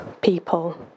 people